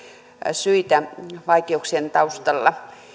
syitä vaikeuksien taustalla